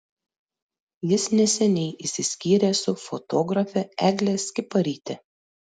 jis neseniai išsiskyrė su fotografe egle skiparyte